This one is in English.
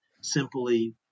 simply